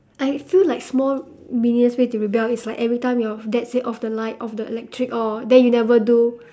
I feel like small meaningless way to rebel is like every time your dad say off the light off the electric all then you never do